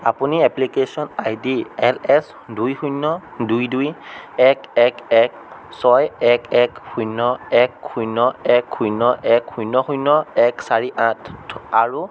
আপুনি application I D L S দুই শূন্য দুই দুই এক এক এক ছয় এক এক শূন্য এক শূন্য এক শূন্য শূন্য এক চাৰি আঠ আৰু